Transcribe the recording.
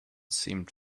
seemed